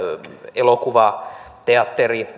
elokuva teatteri